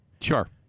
Sure